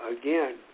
again